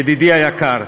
ידידי היקר,